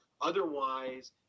Otherwise